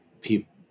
people